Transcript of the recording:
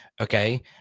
Okay